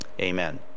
Amen